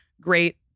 great